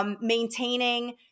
Maintaining